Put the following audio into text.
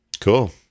Cool